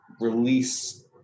release